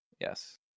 Yes